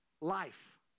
Life